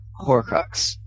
horcrux